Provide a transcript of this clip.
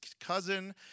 cousin